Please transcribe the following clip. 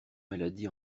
maladie